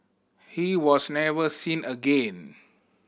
he was never seen again